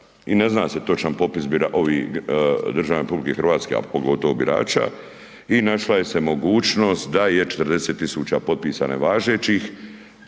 i ne zna se točan popis državljana RH a pogotovo birača i našla se mogućnost da je 40 000 potpisa nevažećih